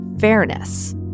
fairness